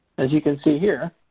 as you can see here,